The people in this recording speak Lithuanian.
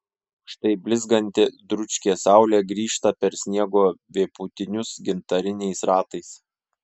štai blizganti dručkė saulė grįžta per sniego vėpūtinius gintariniais ratais